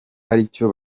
aricyo